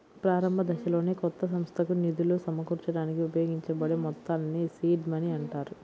ప్రారంభదశలోనే కొత్త సంస్థకు నిధులు సమకూర్చడానికి ఉపయోగించబడే మొత్తాల్ని సీడ్ మనీ అంటారు